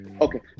okay